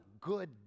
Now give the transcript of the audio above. good